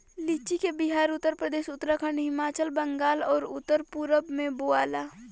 लीची के बिहार, उत्तरप्रदेश, उत्तराखंड, हिमाचल, बंगाल आउर उत्तर पूरब में बोआला